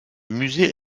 musée